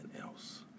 else